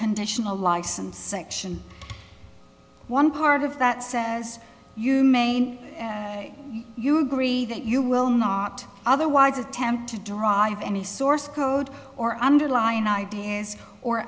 conditional license section one part of that says you maine you agree that you will not otherwise attempt to derive any source code or underlying ideas or